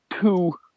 two